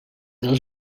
del